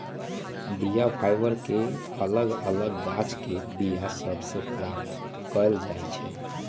बीया फाइबर के अलग अलग गाछके बीया सभ से प्राप्त कएल जाइ छइ